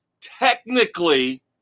technically